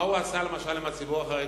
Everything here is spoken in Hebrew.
מה הוא עשה, למשל עם הציבור החרדי?